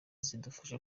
zidufasha